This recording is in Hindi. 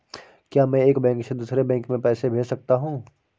क्या मैं एक बैंक से दूसरे बैंक में पैसे भेज सकता हूँ?